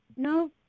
No